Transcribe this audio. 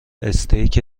استیک